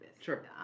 Sure